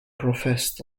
professed